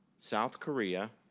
south korea,